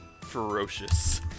Ferocious